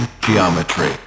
Geometry